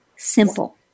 simple